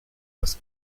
was